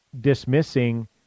dismissing